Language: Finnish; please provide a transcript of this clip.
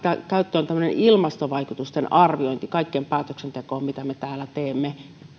käyttöön tämmöinen ilmastovaikutusten arviointi kaikkeen päätöksentekoon mitä me täällä teemme